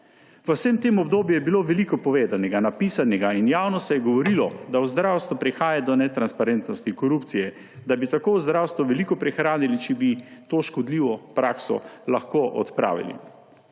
V vsem tem obdobju je bilo veliko povedanega, napisanega in javno se je govorilo, da v zdravstvu prihaja do netransparentnosti in korupcije, da bi tako v zdravstvu veliko prihranili, če bi to škodljivo prakso lahko odpravili.